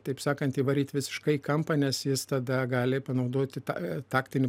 taip sakant įvaryt visiškai į kampą nes jis tada gali panaudoti tą taktinį